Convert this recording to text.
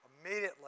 Immediately